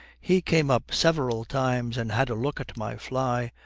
he came up several times and had a look at my fly.